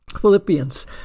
Philippians